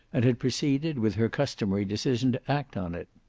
and had proceeded, with her customary decision, to act on it.